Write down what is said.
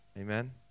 Amen